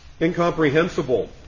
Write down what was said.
Incomprehensible